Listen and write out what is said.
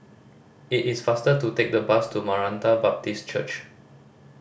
it is faster to take the bus to Maranatha Baptist Church